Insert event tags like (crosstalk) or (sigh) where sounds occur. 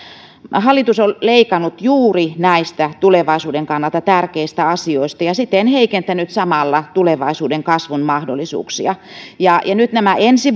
hallitus on leikannut juuri näistä tulevaisuuden kannalta tärkeistä asioista ja siten heikentänyt samalla tulevaisuuden kasvun mahdollisuuksia nyt nämä ensi (unintelligible)